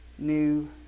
New